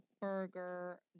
Burger